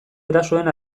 erasoen